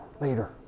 later